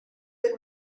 del